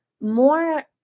more